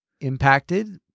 impacted